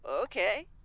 okay